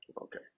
Okay